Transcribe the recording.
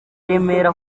remera